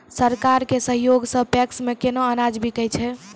सरकार के सहयोग सऽ पैक्स मे केना अनाज बिकै छै?